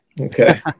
Okay